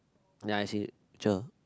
then I say cher